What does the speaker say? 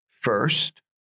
first